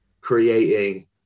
creating